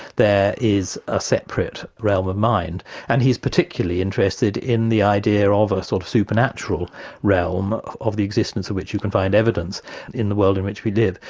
there is a separate realm of mind and he's particularly interested in the idea of a sort of supernatural realm of of the existence in which you can find evidence in the world in which we live.